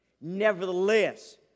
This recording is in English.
Nevertheless